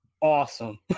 awesome